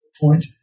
point